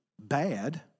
bad